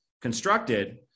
constructed